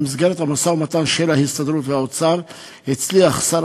במסגרת המשא-ומתן של ההסתדרות והאוצר הצליח שר